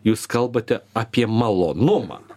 jūs kalbate apie malonumą